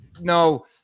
No